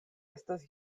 estas